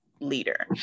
leader